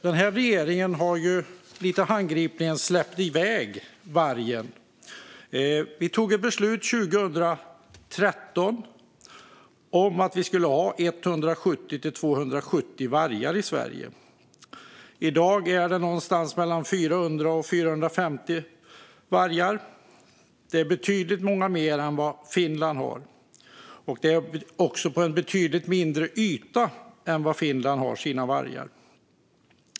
Den här regeringen har handgripligen släppt iväg vargen. Vi tog ett beslut 2013 om att vi skulle ha 170-270 vargar i Sverige. I dag finns det någonstans mellan 400 och 450 vargar. Det är betydligt fler än Finland har, och det är också på en betydligt mindre yta än den där Finland har sina vargar.